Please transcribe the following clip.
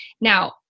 Now